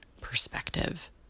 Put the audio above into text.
perspective